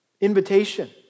Invitation